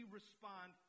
respond